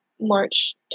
March